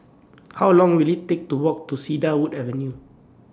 How Long Will IT Take to Walk to Cedarwood Avenue